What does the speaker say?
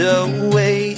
away